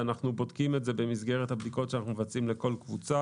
ואנחנו בודקים את זה במסגרת הבדיקות שאנחנו מבצעים לכל קבוצה,